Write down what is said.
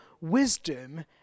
wisdom